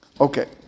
Okay